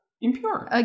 impure